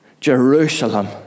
Jerusalem